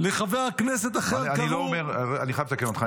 לחבר הכנסת אחר קראו --- אני חייב לתקן אותך,